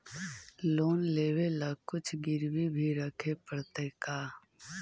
Loan लेबे ल कुछ गिरबी भी रखे पड़तै का?